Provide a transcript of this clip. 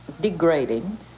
degrading